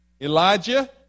Elijah